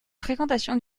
fréquentation